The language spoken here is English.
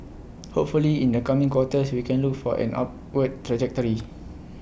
hopefully in the coming quarters we can look for an upward trajectory